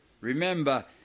remember